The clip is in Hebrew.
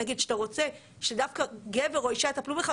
נגיד שאתה רוצה שדווקא גבר או אישה יטפלו בך,